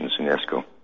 UNESCO